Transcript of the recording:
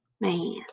Man